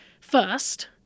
First